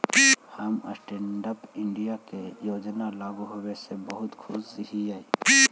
हम stand up India के योजना लागू होबे से बहुत खुश हिअई